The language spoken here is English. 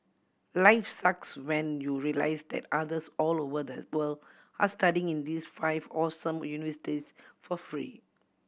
life sucks when you realise that others all over the world are studying in these five awesome universities for free